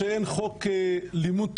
אפרופו מה שחברת הכנסת שפק אמרה על מילואים,